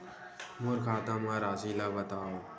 मोर खाता म राशि ल बताओ?